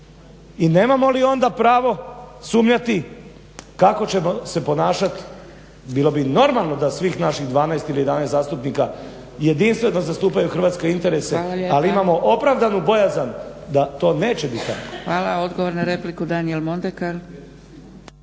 I nemamo li onda pravo sumnjati kako ćemo se ponašati? Bilo bi normalno da svih naših 12 ili 11 zastupnika jedinstveno zastupaju hrvatske interese ali imamo opravdanu bojazan da to neće biti tako. **Zgrebec, Dragica